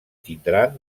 tindran